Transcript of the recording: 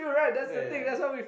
ya ya ya